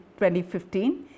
2015